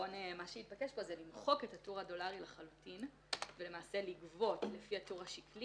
התבקש פה למחוק את הטור הדולרי לחלוטין ולמעשה לגבות לפי הטור השקלי